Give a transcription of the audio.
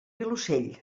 vilosell